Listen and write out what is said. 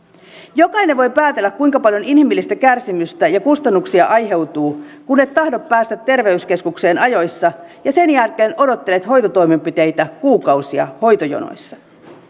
jokainen voi päätellä kuinka paljon inhimillistä kärsimystä ja kustannuksia aiheutuu kun et tahdo päästä terveyskeskukseen ajoissa ja sen jälkeen odottelet hoitotoimenpiteitä kuukausia hoitojonoissa